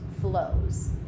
flows